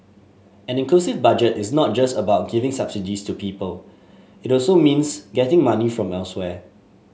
an inclusive Budget is not just about giving subsidies to people it also means getting money from elsewhere